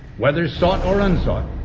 whether sought or unsought,